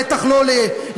בטח לא ליהודי,